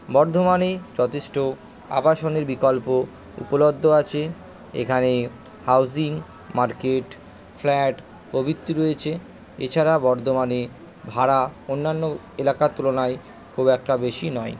বর্ধমানে যথেষ্ট আবাসনের বিকল্প উপলব্ধ আছে এখানে হাউসিং মার্কেট ফ্ল্যাট প্রভৃতি রয়েছে এছাড়া বর্ধমানে ভাড়া অন্যান্য এলাকার তুলনায় খুব একটা বেশি নয়